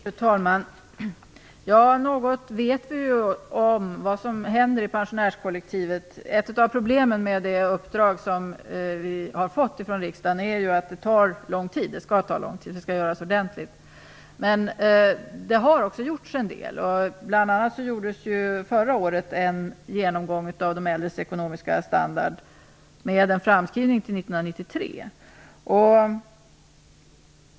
Fru talman! Vi vet ju något om vad som händer i pensionärskollektivet. Ett av problemen med det uppdrag som vi har fått från riksdagen är att det tar lång tid - det skall ta lång tid, eftersom det skall göras ordentligt. Det har gjorts en del. Bl.a. gjordes förra året en genomgång av de äldres ekonomiska standard, med en framskrivning till 1993.